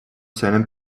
seinen